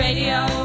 Radio